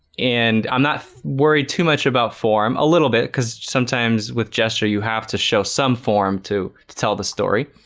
and i'm not worried too much about form a little bit because sometimes with gesture you have to show some form to tell the story